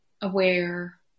aware